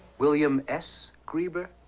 william s. greeber?